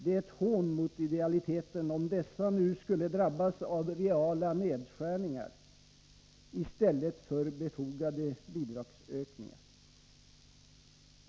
Det är ett hån mot idealiteten om dessa nu skulle drabbas av reala nedskärningar i stället för befogade bidragsökningar.